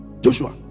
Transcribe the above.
Joshua